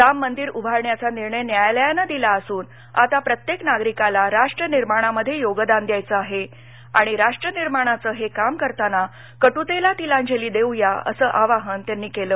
राम मंदिर उभारण्याचा निर्णय न्यायालयानं दिला असून आता प्रत्येक नागरिकाला राष्ट्रनिर्माणामध्ये योगदान द्यायचं आहे आणि राष्ट्रनिर्माणाचं हे काम करताना कट्रतेला तिलांजली देऊया असं आवाहन त्यांनी केलं